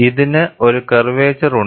ഇതിന് ഒരു കർവേച്ചർ ഉണ്ട്